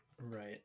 Right